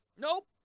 Nope